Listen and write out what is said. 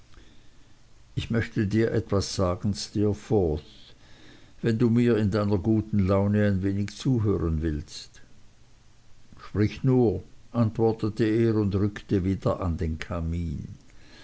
ich möchte dir etwas sagen steerforth wenn du mir in deiner guten laune ein wenig zuhören willst sprich nur antwortete er und rückte wieder vom tisch an den kamin